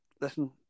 listen